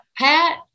Pat